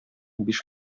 биш